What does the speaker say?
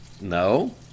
No